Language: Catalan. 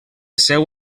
seu